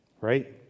right